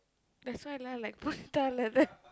that's why lah like Punitha like that